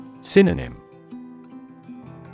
Synonym